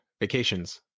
vacations